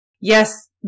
Yes